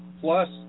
Plus